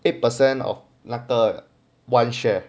eight percent of 那个 one share